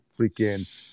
freaking